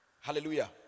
Hallelujah